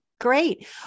great